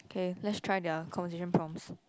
okay let's try their conversation prompts